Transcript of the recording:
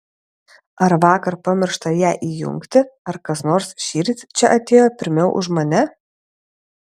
ar vakar pamiršta ją įjungti ar kas nors šįryt čia atėjo pirmiau už mane